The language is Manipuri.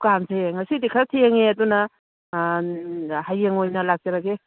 ꯗꯨꯀꯥꯟꯁꯦ ꯉꯁꯤꯗꯤ ꯈꯔ ꯊꯦꯡꯉꯦ ꯑꯗꯨꯅ ꯍꯌꯦꯡ ꯑꯣꯏꯅ ꯂꯥꯛꯆꯔꯒꯦ